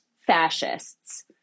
fascists